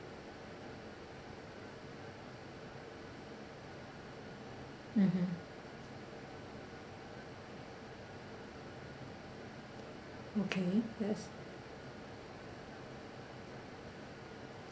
mmhmm okay yes